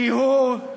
טיהור,